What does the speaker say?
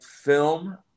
film